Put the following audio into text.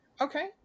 Okay